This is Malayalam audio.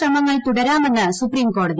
ശ്രമങ്ങൾ തുടരാമെന്ന് സുപ്പിട്ട്കോടതി